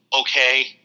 okay